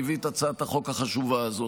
והביא את הצעת החוק החשובה הזאת.